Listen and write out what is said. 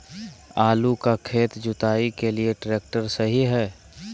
आलू का खेत जुताई के लिए ट्रैक्टर सही है?